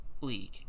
league